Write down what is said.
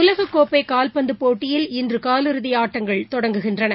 உலகக்கோப்பைகால்பந்துபோட்டியில் இன்றுகாலிறுதிஆட்டங்கள் தொடங்குகின்றன